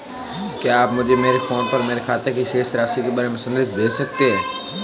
क्या आप मुझे मेरे फ़ोन पर मेरे खाते की शेष राशि के बारे में संदेश भेज सकते हैं?